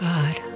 God